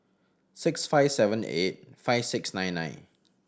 six five seven eight five six nine nine